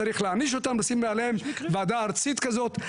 צריך להעניש אותם, לשים מעליהם וועדה ארצית כזאת.